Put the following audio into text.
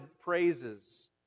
praises